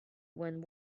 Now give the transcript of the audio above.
when